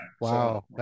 wow